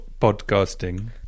podcasting